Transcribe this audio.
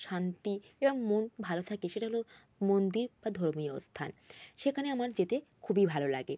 শান্তি এবং মন ভালো থাকে সেটা হলো মন্দির বা ধর্মীয় স্থান সেখানে আমার যেতে খুবই ভালো লাগে